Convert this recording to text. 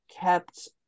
kept